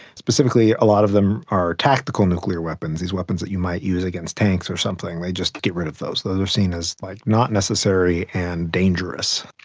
specifically a lot of them are tactical nuclear weapons, these weapons that you might use against tanks or something, they just get rid of those, those are seen as like not necessary and dangerous.